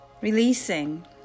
Releasing